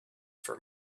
for